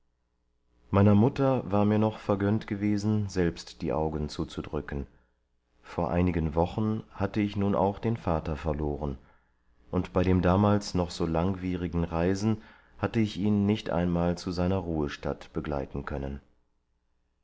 meiner mutter war mir noch vergönnt gewesen selbst die augen zuzudrücken vor einigen wochen hatte ich nun auch den vater verloren und bei dem damals noch so langwierigen reisen hatte ich ihn nicht einmal zu seiner ruhestatt begleiten können